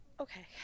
okay